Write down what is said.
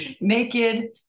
naked